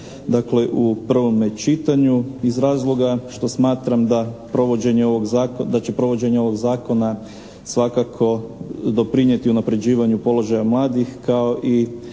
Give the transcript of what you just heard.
dakle, u prvome čitanju iz razloga što smatram da će provođenje ovog zakona svakako doprinijeti unapređivanju položaja mladih kao i